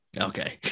Okay